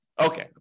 Okay